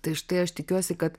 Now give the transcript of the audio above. tai štai aš tikiuosi kad